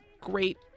great